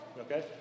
Okay